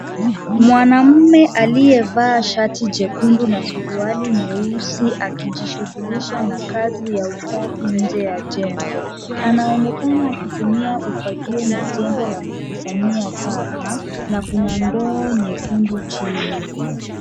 Mwanaume aliyevaa shati jekundu na suruali nyeusi akijishughulisha na kazi ya usafi nje ya jengo. Anaonekana akitumia ufagio na jembe la kukusanyia taka na kuna ndoo nyekundu chini.